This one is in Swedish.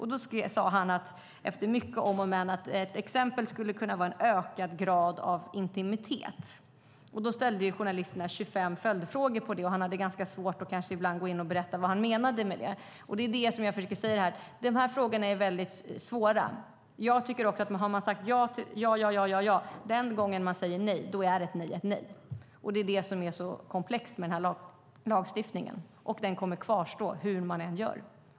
Han sade efter många om och men att ett exempel skulle kunna vara en ökad grad av intimitet. Journalisterna ställde då 25 följdfrågor, och han hade ibland ganska svårt att berätta vad han menade. Det är detta jag försöker säga här: Frågorna är svåra. Jag tycker att även om man har sagt ja, ja och ja så är det ett nej den gång man säger nej. Det är detta som är så komplext med lagstiftningen, och det kommer att kvarstå hur man än gör.